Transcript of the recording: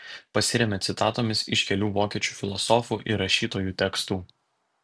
pasiremia citatomis iš kelių vokiečių filosofų ir rašytojų tekstų